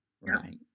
right